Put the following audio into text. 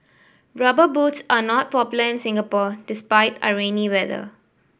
Rubber Boots are not popular in Singapore despite our rainy weather